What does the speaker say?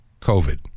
COVID